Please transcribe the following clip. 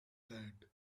that